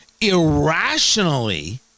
irrationally